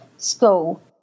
school